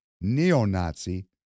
neo-Nazi